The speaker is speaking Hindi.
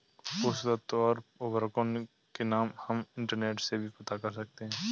पोषक तत्व और उर्वरकों के नाम हम इंटरनेट से भी पता कर सकते हैं